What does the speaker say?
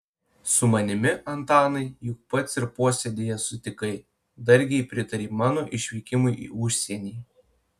su manimi antanai juk pats ir posėdyje sutikai dargi pritarei mano išvykimui į užsienį